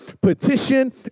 petition